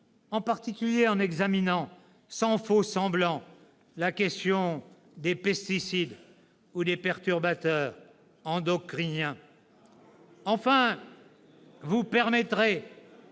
en particulier par l'examen sans faux-semblants de la question des pesticides et des perturbateurs endocriniens. « Enfin, vous permettrez